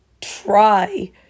Try